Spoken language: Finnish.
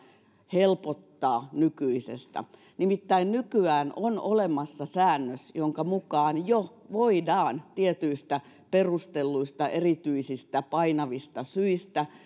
helpottaa nykyisestä nimittäin nykyään on olemassa säännös jonka mukaan jo voidaan tietyistä perustelluista erityisistä painavista syistä